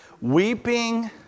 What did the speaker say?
Weeping